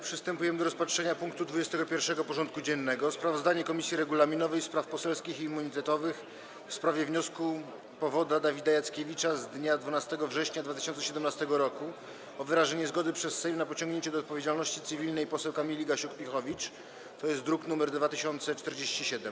Przystępujemy do rozpatrzenia punktu 21. porządku dziennego: Sprawozdanie Komisji Regulaminowej, Spraw Poselskich i Immunitetowych w sprawie wniosku powoda Dawida Jackiewicza z dnia 12 września 2017 r. o wyrażenie zgody przez Sejm na pociągnięcie do odpowiedzialności cywilnej poseł Kamili Gasiuk-Pihowicz (druk nr 2047)